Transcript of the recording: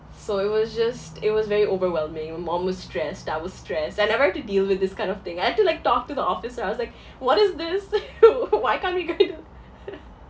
so it was just it was very overwhelming my mum was stressed I was stressed I never had to deal with this kind of thing I had to like talk to the officer I was like what is this why can't we get in